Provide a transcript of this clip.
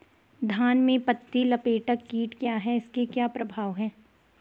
धान में पत्ती लपेटक कीट क्या है इसके क्या प्रभाव हैं?